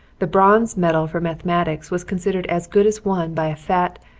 the bronze medal for mathematics was considered as good as won by a fat,